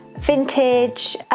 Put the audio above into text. vintage,